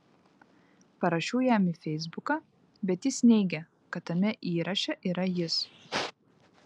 parašiau jam į feisbuką bet jis neigė kad tame įraše yra jis